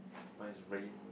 mine is rain